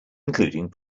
including